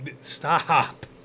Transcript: Stop